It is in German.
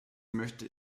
möchte